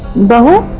go